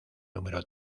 número